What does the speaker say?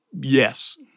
Yes